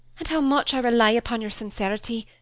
and how much i rely upon your sincerity,